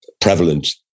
prevalent